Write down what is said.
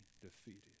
defeated